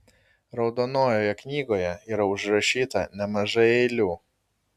raudonojoje knygoje yra užrašyta nemažai eilių